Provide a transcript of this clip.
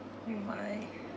oh my